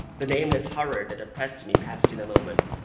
the nameless horror that oppressed me passed in a moment,